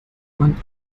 man